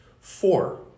Four